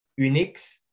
Unix